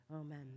Amen